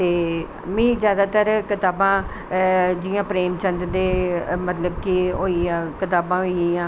ते में जादातर कताबां में जियां प्रेमचन्द दे होइया कताबां होई गेईयां